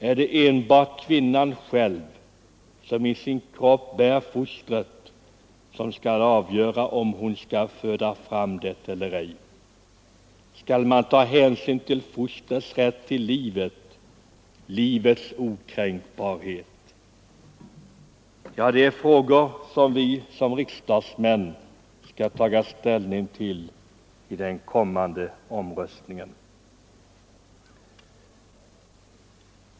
Skall enbart kvinnan själv, som i sin kropp bär fostret, avgöra om hon skall föda fram det eller ej? Skall man ta hänsyn till fostrets rätt till livet, livets okränkbarhet? Ja, det är frågor som vi såsom riksdagsmän skall ta ställning till i kommande omröstning.